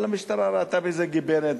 אבל המשטרה ראתה בזה גיבנת.